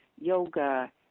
yoga